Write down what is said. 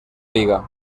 liga